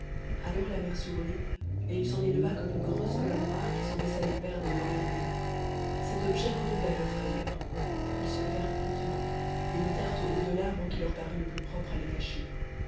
alors la mer s'ouvrit et il s'en éleva comme une grosse colonne noire qui semblait s'aller perdre dans les nues cet objet redoubla leur frayeur ils se levèrent promptement et montèrent au haut de l'arbre qui leur parut le plus propre à les cacher